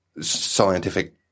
scientific